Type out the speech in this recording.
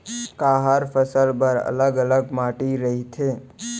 का हर फसल बर अलग अलग माटी रहिथे?